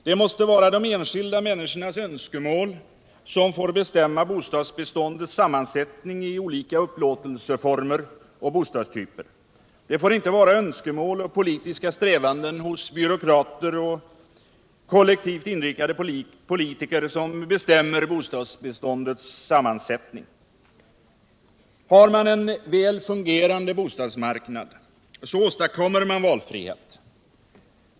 Det måste vara de enskilda människornas önskemål som får bestämma bostadsbeståndets sammansättning i olika upplåtelseformer och bostadstyper. Det får inte vara önskemål och politiska strävanden hos byråkrater och kollektivt inriktade politiker som bestämmer bostadsbeståndets sammansättning. Har man en väl fungerande bostadsmarknad så åstadkommer man valfrihet.